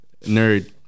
Nerd